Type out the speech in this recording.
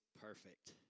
perfect